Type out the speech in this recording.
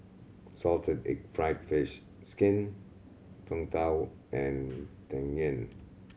salted egg fried fish skin Png Tao and Tang Yuen